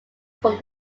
from